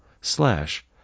slash